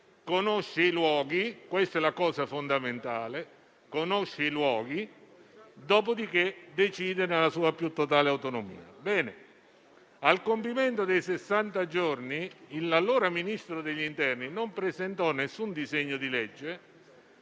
conosce i luoghi - questa è la cosa fondamentale - dopodiché decide nella più totale autonomia. Ebbene, al compimento dei sessanta giorni l'allora Ministro dell'interno non presentò nessun disegno di legge,